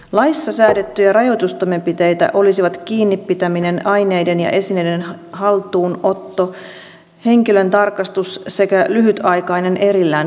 laissa säädettyjä rajoitustoimenpiteitä olisivat kiinnipitäminen aineiden ja esineiden haltuunotto henkilöntarkastus sekä lyhytaikainen erillään pitäminen